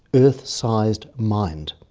earth-sized mind.